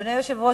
אדוני היושב-ראש,